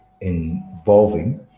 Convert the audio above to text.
involving